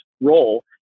role